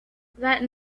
that